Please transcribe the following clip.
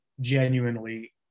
genuinely